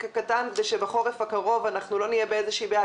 הקטן כדי שבחורף הקרוב לא נהיה באיזושהי בעיה,